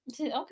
Okay